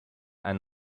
and